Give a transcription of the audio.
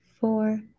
four